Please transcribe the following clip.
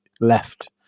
left